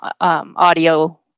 audio